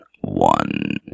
one